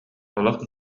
олох